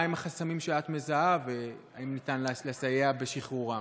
מהם החסמים שאת מזהה והאם ניתן לסייע בשחרורם?